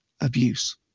abuse